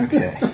Okay